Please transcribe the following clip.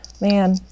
man